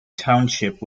township